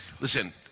Listen